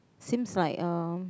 seems like um